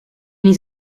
niet